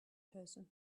person